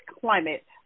climate